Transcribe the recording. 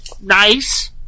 nice